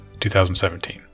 2017